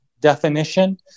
definition